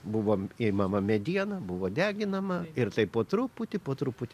buvo imama mediena buvo deginama ir taip po truputį po truputį